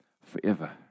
forever